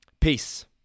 Peace